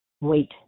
wait